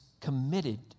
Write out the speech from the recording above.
committed